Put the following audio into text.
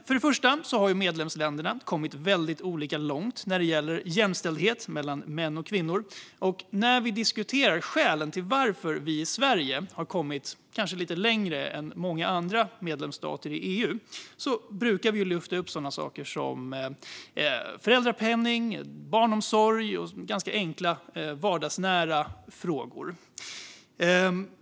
Först och främst har medlemsländerna kommit väldigt olika långt när det gäller jämställdhet mellan män och kvinnor, och när vi diskuterar skälen till att vi i Sverige kanske har kommit lite längre än många andra medlemsstater i EU brukar vi lyfta upp saker som föräldrapenning och barnomsorg - ganska enkla, vardagsnära frågor.